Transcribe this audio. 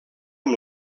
amb